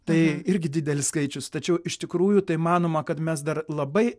tai irgi didelis skaičius tačiau iš tikrųjų tai manoma kad mes dar labai